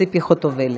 ציפי חוטובלי.